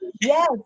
Yes